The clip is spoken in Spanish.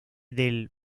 del